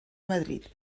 madrid